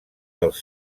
dels